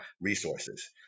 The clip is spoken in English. resources